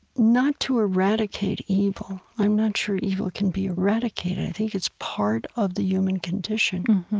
not to eradicate evil. i'm not sure evil can be eradicated. i think it's part of the human condition.